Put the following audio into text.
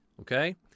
Okay